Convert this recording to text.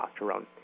testosterone